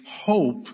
hope